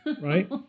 right